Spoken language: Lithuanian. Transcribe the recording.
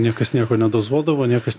niekas nieko nedozuodavo niekas